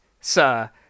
sir